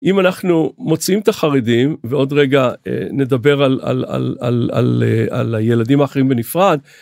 אם אנחנו מוצאים את החרדים ועוד רגע נדבר על הילדים האחרים בנפרד.